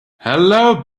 hello